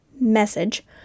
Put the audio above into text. message